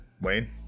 Wayne